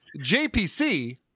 JPC